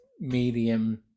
medium